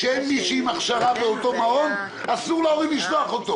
ואין מישהו עם הכשרה באותו המעון אסור להורים לשלוח אותו.